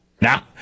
now